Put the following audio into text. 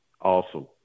Awesome